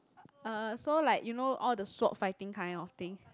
uh so like you know all the sword fighting kind of thing